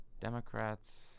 democrats